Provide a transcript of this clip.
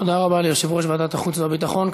תודה רבה ליושב-ראש ועדת החוץ והביטחון.